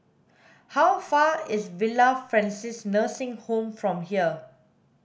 how far is Villa Francis Nursing Home from here